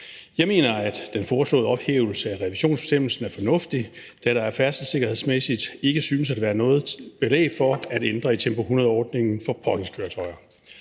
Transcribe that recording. Jeg mener, at den foreslåede ophævelse af revisionsbestemmelsen er fornuftig, da der færdselssikkerhedsmæssigt ikke synes at være noget belæg for at ændre i Tempo 100-ordningen for påhængskøretøjer.